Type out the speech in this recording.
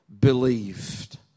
believed